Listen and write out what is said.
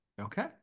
Okay